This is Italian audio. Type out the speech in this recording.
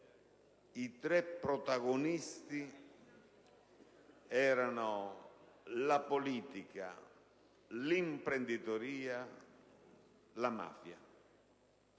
i tre protagonisti erano la politica, l'imprenditoria e la mafia.